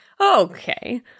okay